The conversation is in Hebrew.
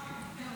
לרשותך, אדוני.